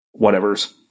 whatevers